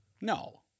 No